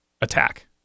attack